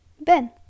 Ben